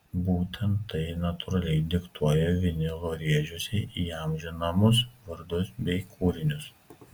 būtent tai natūraliai diktuoja vinilo rėžiuose įamžinamus vardus bei kūrinius